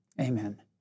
Amen